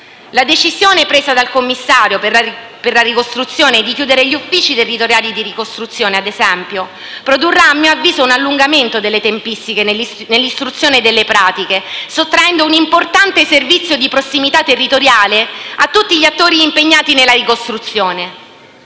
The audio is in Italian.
La decisione presa dal commissario straordinario di chiudere gli uffici territoriali per la ricostruzione - ad esempio - produrrà - a mio avviso - un allungamento delle tempistiche nell'istruzione delle pratiche, sottraendo un importante servizio di prossimità territoriale a tutti gli attori impegnati nella ricostruzione.